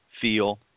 feel